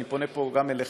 ואני פונה גם אליך,